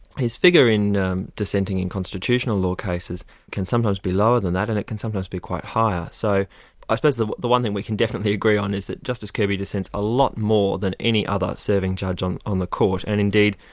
his figure in dissenting in constitutional law cases can sometimes be lower than that, and it can sometimes be quite high. ah so i suppose the the one thing we can definitely agree on is that justice kirby dissents a lot more than any other serving judge on on the court, and indeed,